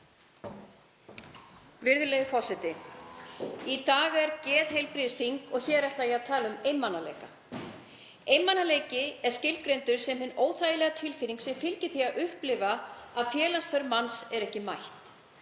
Virðulegi forseti. Í dag er geðheilbrigðisþing og hér ætla ég að tala um einmanaleika. Einmanaleiki er skilgreindur sem hin óþægilega tilfinning sem fylgir því að upplifa að félagsþörf manns er ekki mætt.